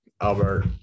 Albert